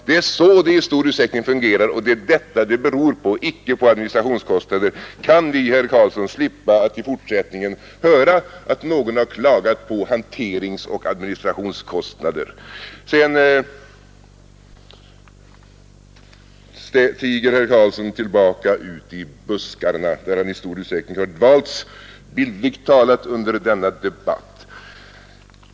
Det är så vårt system i stor utsträckning fungerar, och det är transfereringarna det beror på, inte administrationskostnaderna. Kan vi, herr Karlsson, i fortsättningen slippa höra att någon klagat på hanteringsoch administrationskostnader? Sedan tiger herr Karlsson ute i buskarna, där han i stor utsträckning har dvalts, bildligt talat, under denna debatt.